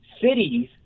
cities